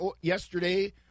yesterday